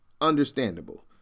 understandable